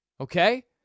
Okay